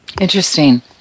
Interesting